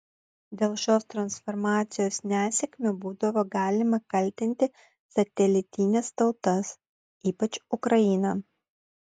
dėl šios transformacijos nesėkmių būdavo galima kaltinti satelitines tautas ypač ukrainą